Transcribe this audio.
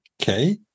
Okay